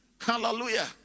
Hallelujah